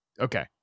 okay